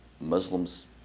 Muslims